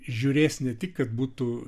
žiūrės ne tik kad būtų